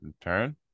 turn